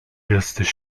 jesteś